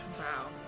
Wow